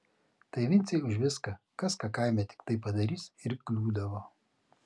tai vincei už viską kas ką kaime tiktai padarys ir kliūdavo